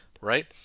Right